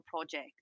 project